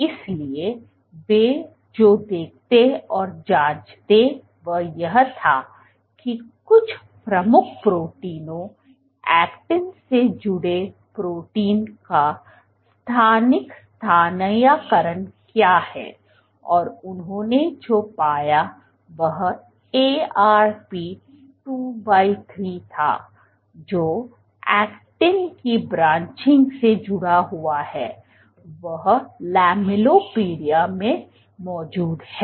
इसलिए वे जो देखते और जांचते वह यह था कि कुछ प्रमुख प्रोटीनों ऐक्टिन से जुड़े प्रोटीन का स्थानिक स्थानीयकरण क्या है और उन्होंने जो पाया वह Arp 23 था जो ऐक्टिन की ब्रांचिंग से जुड़ा हुआ है वह लैमेलिपोडिया में मौजूद है